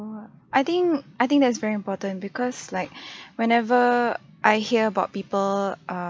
!wah! I think I think that is very important because like whenever I hear about people err